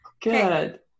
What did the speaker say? Good